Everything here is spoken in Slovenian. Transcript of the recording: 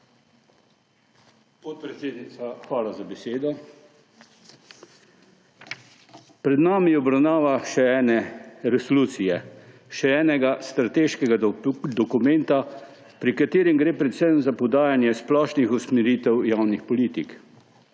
Podpredsednica, hvala za besedo. Pred nami je obravnava še ene resolucije, še enega strateškega dokumenta, pri katerem gre predvsem za podajanje splošnih usmeritev javnih politik,